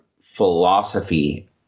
philosophy